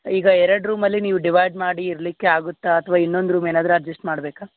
ಈಗ ಎರಡು ರೂಮಲ್ಲಿ ನೀವು ಡಿವೈಡ್ ಮಾಡಿ ಇರಲಿಕ್ಕೆ ಆಗುತ್ತಾ ಅಥವ ಇನ್ನೊಂದು ರೂಮ್ ಏನಾದರು ಅಜ್ಜಸ್ಟ್ ಮಾಡಬೇಕಾ